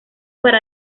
para